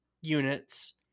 units